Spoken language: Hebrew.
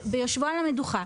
ביושבו על המדוכה,